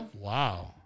Wow